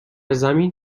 زمین